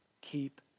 Keep